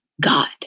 God